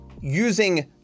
using